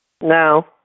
No